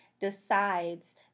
decides